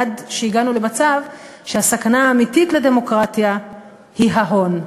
עד שהגענו למצב שהסכנה האמיתית לדמוקרטיה היא ההון.